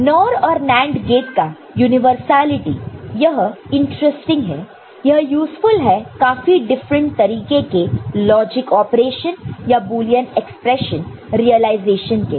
NOR और NAND gate का universality यह इंटरेस्टिंग है यह यूजफुल है काफी डिफरेंट तरीके के लॉजिक ऑपरेशन या बुलियन एक्सप्रेशन रिलायजेशन के लिए